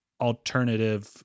alternative